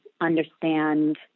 understand